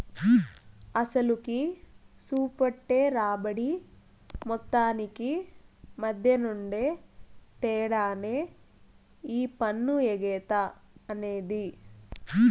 అసలుకి, సూపెట్టే రాబడి మొత్తానికి మద్దెనుండే తేడానే ఈ పన్ను ఎగేత అనేది